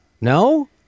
No